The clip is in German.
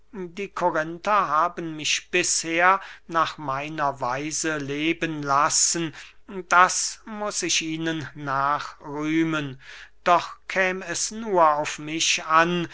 die korinther haben mich bisher nach meiner weise leben lassen das muß ich ihnen nachrühmen doch käm es nur auf mich an